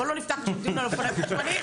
אבל לא נפתח עכשיו דיון על אופניים חשמליים.